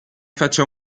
faccia